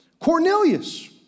Cornelius